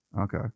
Okay